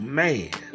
man